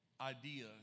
idea